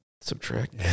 subtract